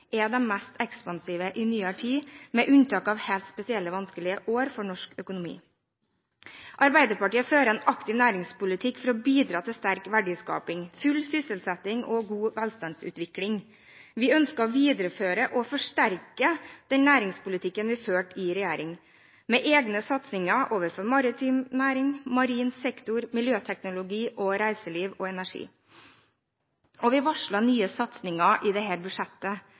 er de mest ekspansive i nyere tid, med unntak av helt spesielt vanskelige år for norsk økonomi. Arbeiderpartiet fører en aktiv næringspolitikk for å bidra til sterk verdiskaping, full sysselsetting og god velstandsutvikling. Vi ønsker å videreføre og forsterke den næringspolitikken vi førte i regjering, med egne satsinger når det gjelder maritim næring, marin sektor, miljøteknologi, reiseliv og energi. Vi varsler nye satsinger i dette budsjettet.